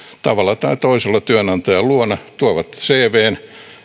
tavalla tai toisella työnantajan luona tuovat cvn